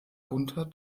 gunther